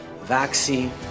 vaccine